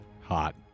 hot